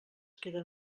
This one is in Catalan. queden